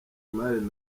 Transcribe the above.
imali